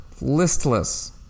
listless